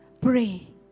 Pray